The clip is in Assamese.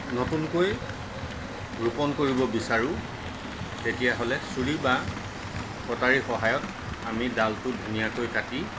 নতুনকৈ ৰোপণ কৰিব বিচাৰোঁ তেতিয়া হ'লে চুৰি বা কটাৰীৰ সহায়ত আমি ডালটো ধুনীয়াকৈ কাটি